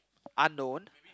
unknown